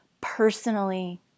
personally